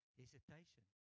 hesitation